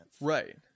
Right